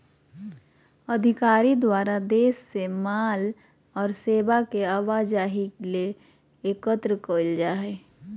अधिकारी द्वारा देश से माल और सेवा के आवाजाही ले एकत्र कइल जा हइ